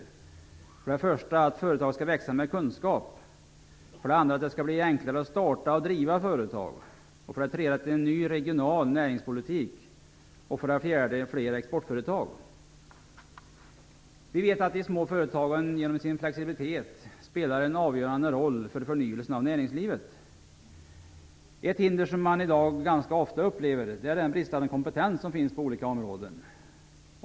För det första skall företag växa med kunskap. För det andra skall det bli enklare att starta och driva företag. För det tredje skall det bli en ny regional näringspolitik. För det fjärde skall det bli fler exportföretag. Vi vet att de små företagen genom sin flexibilitet spelar en avgörande roll för förnyelsen av näringslivet. Ett hinder som man i dag ganska ofta upplever är den bristande kompetens som finns på olika områden.